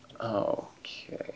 Okay